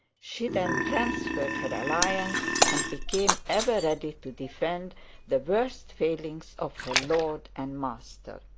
she then transferred her allegiance, and became ever ready to defend the worst failings of her lord and master.